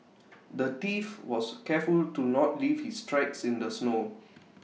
the thief was careful to not leave his tracks in the snow